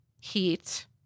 heat